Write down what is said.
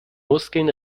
muskeln